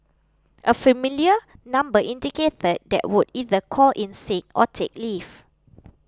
a familiar number indicated that would either call in sick or take leave